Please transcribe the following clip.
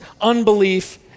unbelief